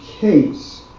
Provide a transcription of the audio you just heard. case